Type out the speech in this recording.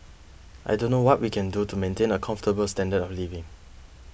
I don't know what we can do to maintain a comfortable standard of living